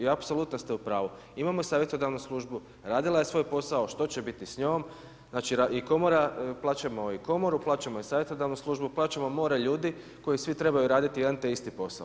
I apsolutno ste u pravu, imamo savjetodavnu službu, radila je svoj posao, što će biti s njom znači i Komora, plaćamo i Komoru plaćamo i savjetodavnu službu, plaćamo more ljudi koji svi trebaju raditi jedan te isti posao.